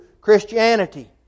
Christianity